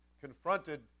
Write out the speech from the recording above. confronted